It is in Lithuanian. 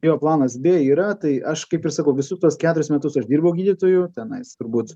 jo planas bė yra tai aš kaip ir sakau visus tuos keturis metus aš dirbau gydytoju tenais turbūt